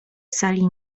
sali